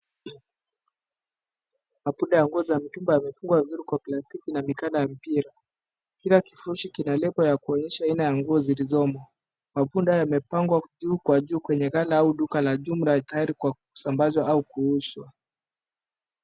Mabunda ya mitumba yamefungwa vizuri kwa plastiki na mikanda ya mpira. Kila kifurushi kina lebo ya kuonyesha aina ya nguo zilizomo. Mabunda yamepangwa juu kwa juu kwenye ghala au duka la jumla tayari kwa kusambazwa au kuuzwa.